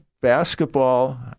basketball